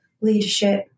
leadership